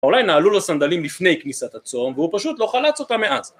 אולי נעלו לו סנדלים לפני כניסת הצום והוא פשוט לא חלץ אותם מאז